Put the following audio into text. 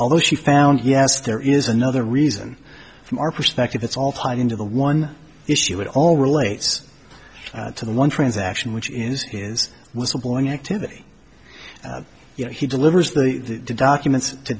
although she found yes there is another reason from our perspective it's all tied into the one issue it all relates to the one transaction which is whistleblowing activity you know he delivers the documents to